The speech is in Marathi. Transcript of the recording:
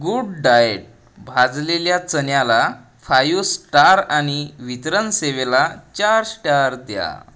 गुड डाएट भाजलेल्या चण्याला फाईव स्टार आणि वितरन सेवेला चार स्टार द्या